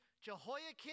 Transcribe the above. Jehoiakim